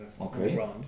okay